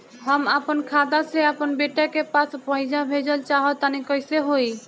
हम आपन खाता से आपन बेटा के पास पईसा भेजल चाह तानि कइसे होई?